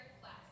class